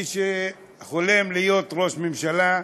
מי שחולם להיות ראש הממשלה,